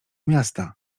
miasta